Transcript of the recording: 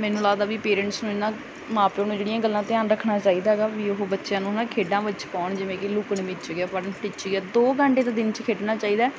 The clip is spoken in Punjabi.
ਮੈਨੂੰ ਲੱਗਦਾ ਵੀ ਪੇਰੈਂਟਸ ਨੂੰ ਇਹਨਾਂ ਮਾਂ ਪਿਓ ਨੂੰ ਜਿਹੜੀਆਂ ਗੱਲਾਂ ਧਿਆਨ ਰੱਖਣਾ ਚਾਹੀਦਾ ਹੈਗਾ ਵੀ ਉਹ ਬੱਚਿਆਂ ਨੂੰ ਹੈ ਨਾ ਖੇਡਾਂ ਵਿੱਚ ਪਾਉਣ ਜਿਵੇਂ ਕਿ ਲੁੱਕਣ ਮੀਚੀ ਆ ਫੜਨ ਫੜੀਚੀ ਆ ਦੋ ਘੰਟੇ ਤਾਂ ਦਿਨ 'ਚ ਖੇਡਣਾ ਚਾਹੀਦਾ